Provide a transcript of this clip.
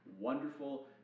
wonderful